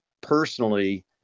personally